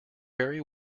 very